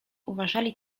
uważali